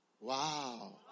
wow